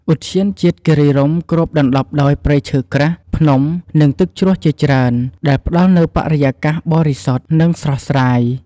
ឧទ្យានជាតិគិរីរម្យគ្របដណ្ដប់ដោយព្រៃឈើក្រាស់ ភ្នំ និងទឹកជ្រោះជាច្រើន ដែលផ្ដល់នូវបរិយាកាសបរិសុទ្ធ និងស្រស់ស្រាយ។